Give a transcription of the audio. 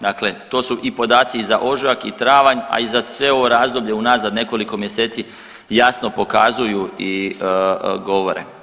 Dakle to su i podaci i za ožujak i travanj, a i za sve ovo razdoblje unazad nekoliko mjeseci jasno pokazuju i govore.